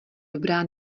dobrá